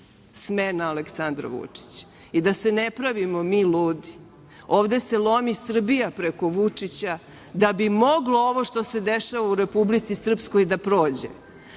smena Aleksandra Vučića.I da se ne pravimo mi ludi, ovde se lomi Srbija preko Vučića, da bi moglo ovo što se dešava u Republici Srpskoj da prođe.